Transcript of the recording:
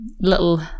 little